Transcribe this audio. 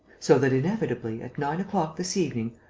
so that inevitably, at nine o'clock this evening,